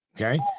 okay